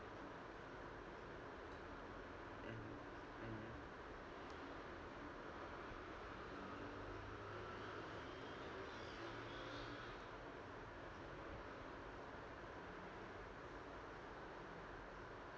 mmhmm